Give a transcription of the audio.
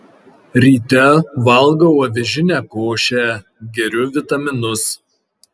ryte valgau avižinę košę geriu vitaminus